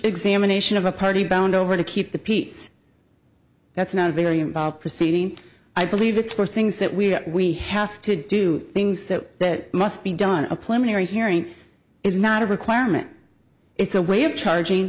examination of a party bound over to keep the peace that's not a very involved proceeding i believe it's for things that we we have to do things that must be done a plenary hearing is not a requirement it's a way of charging